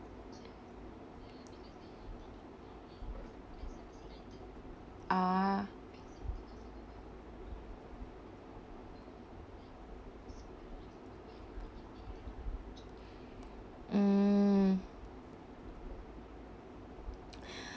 ah mm